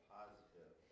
positive